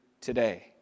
today